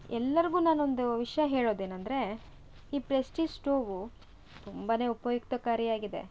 ಎಲ್ಲರಿಗು ನಾನೊಂದು ವಿಷಯ ಹೇಳೋದೇನಂದರೆ ಈ ಪ್ರೆಸ್ಟೀಜ್ ಸ್ಟೋವು ತುಂಬಾ ಉಪಯುಕ್ತಕಾರಿಯಾಗಿದೆ